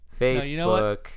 Facebook